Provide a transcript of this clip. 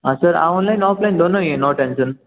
हाँ sir online offline दोनों ही है नो टेंशन